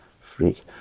freak